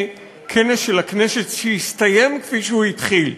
כנס של הכנסת שיסתיים כפי שהוא התחיל: